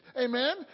amen